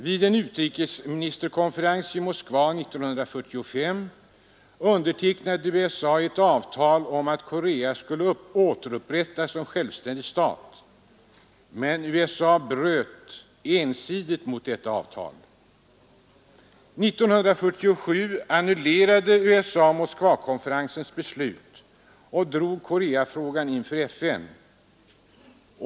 Vid en utrikesministerkonferens i Moskva 1945 undertecknade USA ett avtal om att Korea skulle återupprättas som självständig stat. Men USA bröt ensidigt mot detta avtal. År 1947 annullerade USA Moskvakonferensens beslut och drog Koreafrågan inför FN.